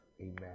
Amen